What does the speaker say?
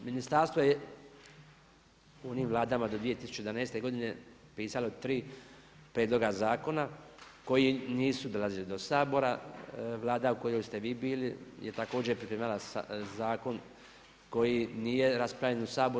Ministarstvo je u onim Vladama do 2011. godine, pisalo 3 prijedloga zakona, koji nisu dolazili do Sabora, Vlada u kojoj ste vi bili, je također pripremala zakon koji nije raspravljen u Sabor.